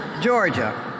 Georgia